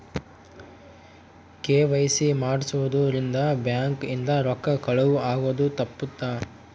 KYC ಮಾಡ್ಸೊದ್ ರಿಂದ bank ಇಂದ ರೊಕ್ಕ ಕಳುವ್ ಆಗೋದು ತಪ್ಪುತ್ತ